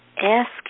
ask